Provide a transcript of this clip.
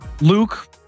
Luke